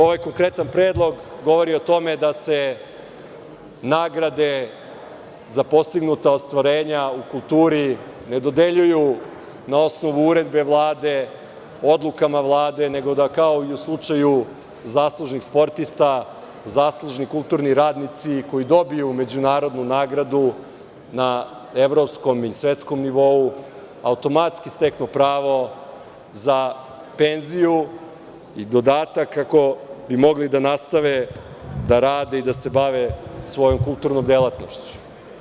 Ovaj konkretan predlog govori o tome da se nagrade za postignuta ostvarenja u kulturi ne dodeljuju na osnovu uredbe Vlade, odlukama Vlade, nego da kao i u slučaju zaslužnih sportista, zaslužni kulturni radnici koji dobiju međunarodnu nagradu na evropskom i svetskom nivou automatski steknu pravo za penziju i dodatak ako bi mogli da nastave da rade i da se bave svojom kulturnom delatnošću.